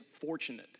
fortunate